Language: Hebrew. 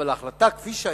אבל ההחלטה, כפי שהיתה,